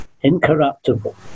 incorruptible